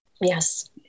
Yes